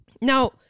Now